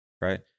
right